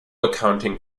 accounting